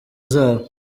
zabo